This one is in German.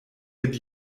mit